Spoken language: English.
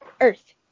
Earth